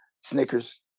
Snickers